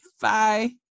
bye